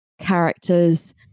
character's